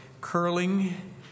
curling